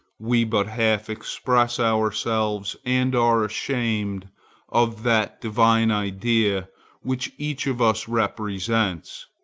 we but half express ourselves, and are ashamed of that divine idea which each of us represents.